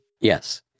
Yes